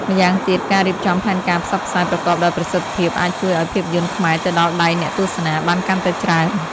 ម្យ៉ាងទៀតការរៀបចំផែនការផ្សព្វផ្សាយប្រកបដោយប្រសិទ្ធភាពអាចជួយឲ្យភាពយន្តខ្មែរទៅដល់ដៃអ្នកទស្សនាបានកាន់តែច្រើន។